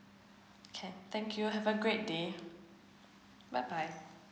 can thank you have a great day bye bye